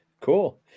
Cool